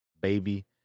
baby